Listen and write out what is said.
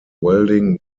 welding